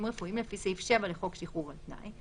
רפואיים לפי סעיף 7 לחוק שחרור על-תנאי,